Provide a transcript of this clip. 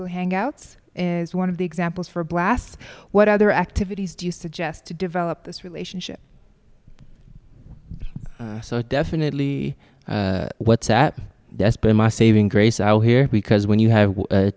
google hangouts is one of the examples for blasts what other activities do you suggest to develop this relationship so definitely whatsapp that's been my saving grace out here because when you have